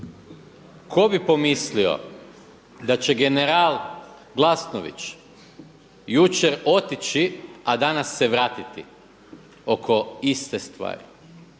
Tko bi pomislio da će general Glasnović jučer otići a danas se vratiti oko iste stvari.